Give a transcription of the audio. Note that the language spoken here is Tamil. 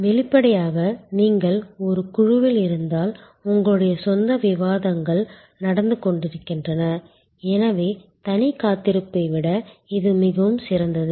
வெளிப்படையாக நீங்கள் ஒரு குழுவில் இருந்தால் உங்களுடைய சொந்த விவாதங்கள் நடந்து கொண்டிருக்கின்றன எனவே தனி காத்திருப்பை விட இது மிகவும் சிறந்தது